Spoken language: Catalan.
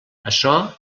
açò